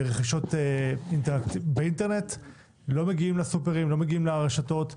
הם לא מגיעים לרשתות,